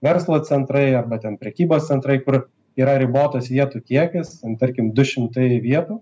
verslo centrai arba ten prekybos centrai kur yra ribotas vietų kiekis tarkim du šimtai vietų